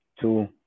two